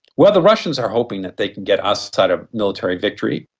well, the russians are hoping that they can get ah assad a military victory.